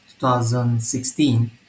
2016